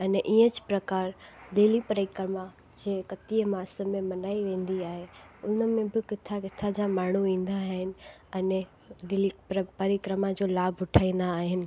अने इस प्रकारु लिली परिक्रमा जे एकतीह मास में मनाई वेंदी आहे उन में बि किथां किथां जा माण्हू ईंदा आहिनि अने लिली परिक्रमा जो लाभु उठाईंदा आहिनि